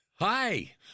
Hi